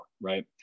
right